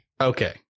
Okay